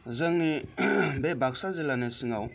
जोंनि बे बाक्सा जिल्लानि सिङाव